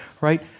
right